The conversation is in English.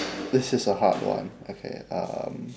this is a hard one okay um